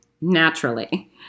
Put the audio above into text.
naturally